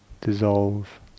dissolve